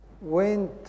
went